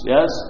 Yes